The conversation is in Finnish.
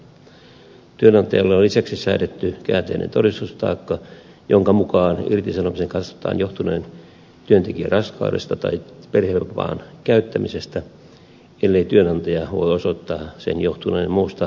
työnantajalle on lisäksi säädetty käänteinen todistustaakka jonka mukaan irtisanomisen katsotaan johtuneen työntekijän raskaudesta tai perhevapaan käyttämisestä ellei työnantaja voi osoittaa sen johtuneen muusta seikasta